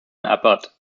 abbott